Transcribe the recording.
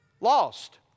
lost